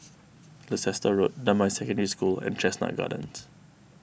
Leicester Road Damai Secondary School and Chestnut Gardens